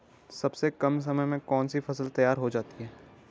सबसे कम समय में कौन सी फसल तैयार हो जाती है?